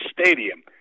stadium